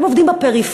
הם עובדים בפריפריה,